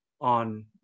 on